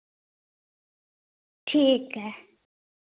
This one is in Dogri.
ठीक ऐ